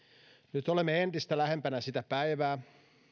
nyt olemme entistä lähempänä sitä päivää